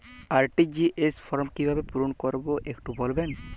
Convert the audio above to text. RTGS form কিভাবে পূরণ করবো একটু বলবেন?